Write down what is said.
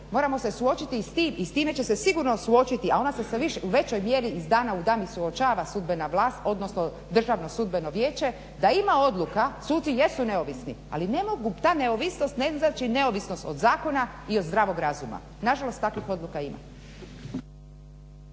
moramo se suočiti i s time, i s time će se sigurno suočiti, a ona se sve više, u većoj mjeri iz dana u dan i suočava sudbena vlast, odnosno državno-sudbeno vijeće, da ima odluka, suci jesu neovisni, ali ne mogu, ta neovisnost ne znači nezavisnost od zakona i od zdravog razuma, nažalost takvih odluka ima.